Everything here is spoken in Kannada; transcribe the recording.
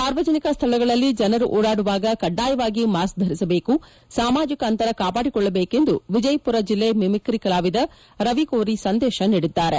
ಸಾರ್ವಜನಿಕ ಸ್ಥಳಗಳಲ್ಲಿ ಜನರು ಓಡಾಡುವಾಗ ಕಡ್ಡಾಯವಾಗಿ ಮಾಸ್ತ್ ಧರಿಸಬೇಕು ಸಾಮಾಜಿಕ ಅಂತರ ಕಾಪಾಡಿಕೊಳ್ಳಬೇಕು ಎಂದು ವಿಜಯಪುರ ಜಿಲ್ಲೆ ಮಿಮಿಕ್ರಿ ಕಲಾವಿದ ರವಿಕೋರಿ ಸಂದೇಶ ನೀಡಿದ್ದಾರೆ